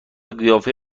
قیافه